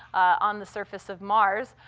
on the surface of mars.